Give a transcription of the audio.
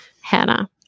Hannah